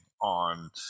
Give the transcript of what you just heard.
on